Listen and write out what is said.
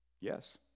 Yes